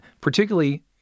particularly